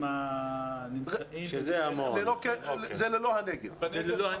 זה ללא הנגב.